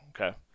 okay